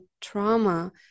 trauma